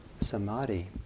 samadhi